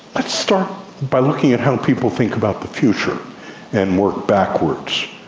let's start by looking at how people think about the future and work backwards.